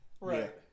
Right